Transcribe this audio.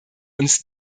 uns